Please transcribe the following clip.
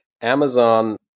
Amazon